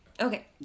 Okay